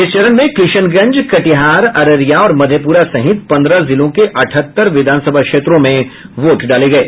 इस चरण में किशनगंज कटिहार अररिया और मधेपुरा सहित पंद्रह जिलों के अठहत्तर विधानसभा क्षेत्रों में वोट डाले गये